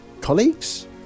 colleagues